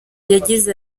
yagize